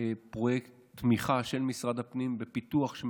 פרויקט תמיכה של משרד הפנים בפיתוח של